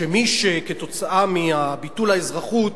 שמי שבגלל ביטול האזרחות